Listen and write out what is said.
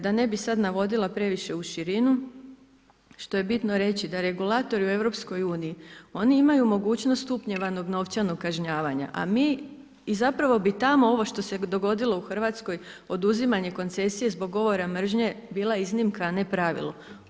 Da ne bi sada navodila previše u širinu, što je bitno reći, da regulatori u EU, oni imaju mogućnost stupnjevanog novčanog kažnjavanja, a mi i zapravo bi tamo, ovo što se dogodilo u Hrvatskoj, oduzimanje koncesija zbog govora mržnje, bila iznimka, a ne pravilo.